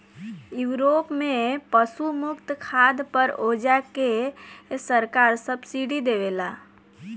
Europe में पशु मुक्त खाद पर ओजा के सरकार सब्सिडी देवेले